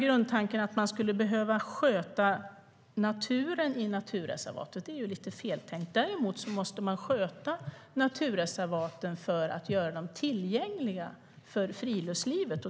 Att man skulle behöva sköta naturen i naturreservaten är lite feltänkt. Däremot måste man sköta naturreservaten för att göra dem tillgängliga för friluftslivet.